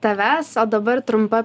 tavęs o dabar trumpa